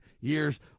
years